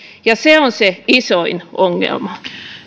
ja se on se isoin ongelma